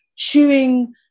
chewing